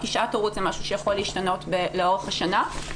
שעת הורות זה משהו שיכול להשתנות לאורך השנה,